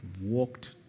walked